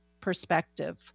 perspective